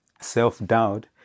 self-doubt